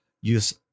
Use